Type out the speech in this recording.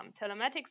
telematics